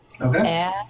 Okay